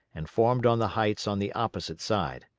and formed on the heights on the opposite side.